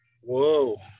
Whoa